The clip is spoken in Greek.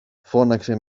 φώναξε